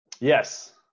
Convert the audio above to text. Yes